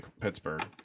Pittsburgh